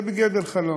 הם בגדר חלום.